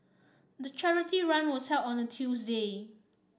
the charity run was held on a Tuesday